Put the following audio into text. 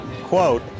quote